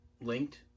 linked